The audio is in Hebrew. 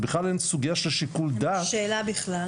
זה בכלל לא עניין של שיקול דעת -- לא שאלה בכלל.